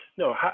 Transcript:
No